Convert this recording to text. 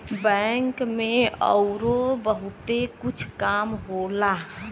bank में अउरो बहुते कुछ काम होला